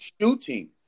shooting